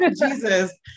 Jesus